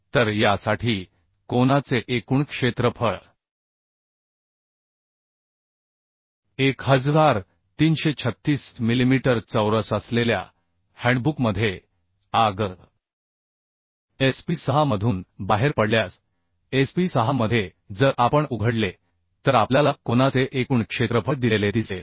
तर यासाठी कोनाचे एकूण क्षेत्रफळ 1336 मिलिमीटर चौरस असलेल्या हँडबुकमध्ये Ag SP 6 मधून बाहेर पडल्यास SP 6 मध्ये जर आपण उघडले तर आपल्याला कोनाचे एकूण क्षेत्रफळ दिलेले दिसेल